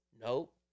Nope